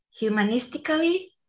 humanistically